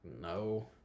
no